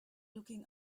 looking